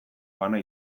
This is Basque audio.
bana